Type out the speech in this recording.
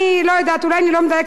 אולי אני לא מדייקת בכמה היא מרוויחה.